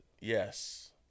Yes